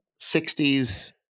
60s